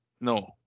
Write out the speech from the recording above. No